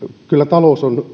kyllä taloudessa on